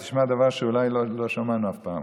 תשמע דבר שאולי לא שמענו אף פעם,